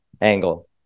angle